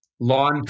Law